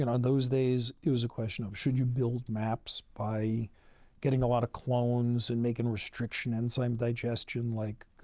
and um those days, it was a question of, should you build maps by getting a lot of clones and making restriction enzyme digestion, like,